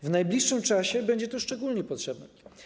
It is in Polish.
W najbliższym czasie będzie to szczególnie potrzebne.